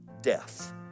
death